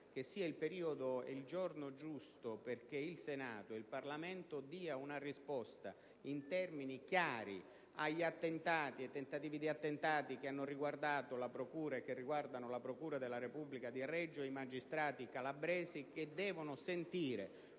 credo sia il periodo e il giorno giusto perché il Senato e il Parlamento diano una risposta in termini chiari agli attentati e ai tentativi di attentato che hanno riguardato la procura della Repubblica di Reggio Calabria e i magistrati calabresi, che devono sentire